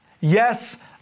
Yes